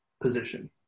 position